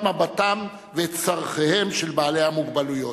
מבטם ואת צורכיהם של בעלי המוגבלויות.